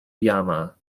yama